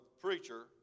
preacher